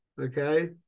Okay